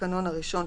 התקנון הראשון,